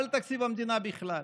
אלא לתקציב המדינה בכלל.